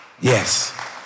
Yes